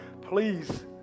Please